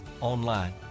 online